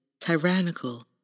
tyrannical